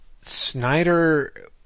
Snyder